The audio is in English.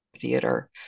theater